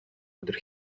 өдөр